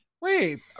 Wait